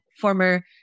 former